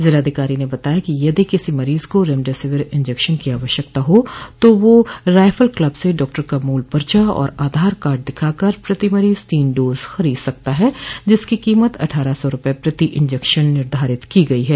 जिलाधिकारी ने बताया कि यदि किसी मरीज को रेमडेसिविर इंजेक्शन की आवश्यकता हो तो वह रायफल क्लब से डाक्टर का मूल पर्चा और आधार कार्ड दिखाकर प्रति मरीज तीन डोज खरीद सकता है जिसकी कीमत अठ्ठारह सौ रूपये प्रति इंजेक्शन निर्धारित की गयी है